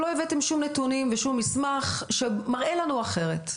לא הבאתם שום נתונים ושום מסמך שמראה לנו אחרת.